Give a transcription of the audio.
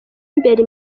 imbere